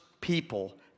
people